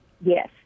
Yes